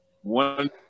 one